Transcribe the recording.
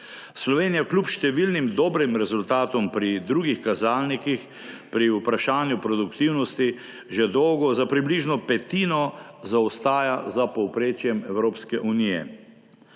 Slovenija kljub številnim dobrim rezultatom pri drugih kazalnikih pri vprašanju produktivnosti že dolgo za približno petino zaostaja za povprečjem Evropske unije.